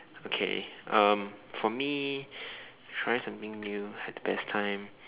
okay um for me trying something new had the best time